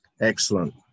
Excellent